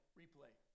replay